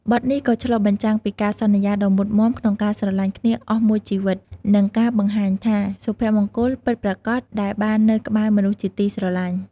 បទនេះក៏ឆ្លុះបញ្ចាំងពីការសន្យាដ៏មុតមាំក្នុងការស្រឡាញ់គ្នាអស់មួយជីវិត និងការបង្ហាញថា សុភមង្គលពិតប្រាកដដែលបាននៅក្បែរមនុស្សជាទីស្រឡាញ់។